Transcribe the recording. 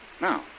Now